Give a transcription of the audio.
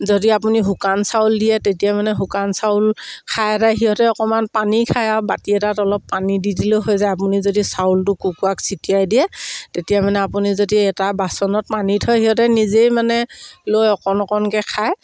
যদি আপুনি শুকান চাউল দিয়ে তেতিয়া মানে শুকান চাউল খাই এটা সিহঁতে অকণমান পানী খায় আৰু বাতি এটাত অলপ পানী দি দিলে হৈ যায় আপুনি যদি চাউলটো কুকুৰাক ছটিয়াই দিয়ে তেতিয়া মানে আপুনি যদি এটা বাচনত পানী থয় সিহঁতে নিজেই মানে লৈ অকণ অকণকৈ খায়